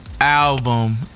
album